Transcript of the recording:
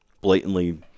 blatantly